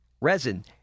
resin